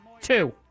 two